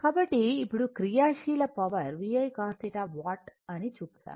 కాబట్టి ఇప్పుడు క్రియాశీల పవర్ VI cos θ వాట్ అని చూసాం